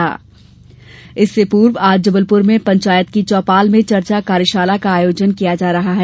पंचायतीराज तोमर इससे पूर्व आज जबलपुर में पंचायत की चौपाल में चर्चा कार्यशाला का आयोजन किया जा रहा है